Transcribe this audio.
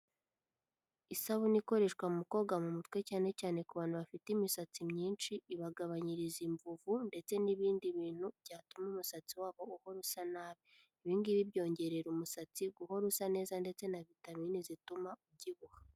Isabune ikoreshwa mu koga mu mutwe cyane cyane ku bantu bafite imisatsi myinshi, ibagabanyiriza imvuvu ndetse n'ibindi bintu byatuma umusatsi wabo uhora usa nabi, ibi ngibi byongerera umusatsi guhora usa neza ndetse na vitamine zituma ubyibuha.